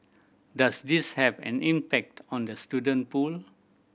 does this have an impact on the student pool